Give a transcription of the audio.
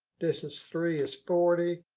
distance three is forty.